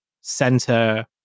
center